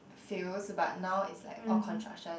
fields but now it's like all construction